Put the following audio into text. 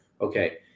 Okay